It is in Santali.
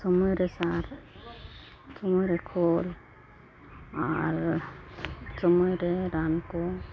ᱥᱚᱢᱚᱭ ᱨᱮ ᱥᱟᱨ ᱥᱚᱢᱚᱭ ᱨᱮ ᱠᱷᱳᱞ ᱟᱨ ᱥᱚᱢᱚᱭ ᱨᱮ ᱨᱟᱱ ᱠᱚ